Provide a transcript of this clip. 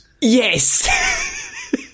Yes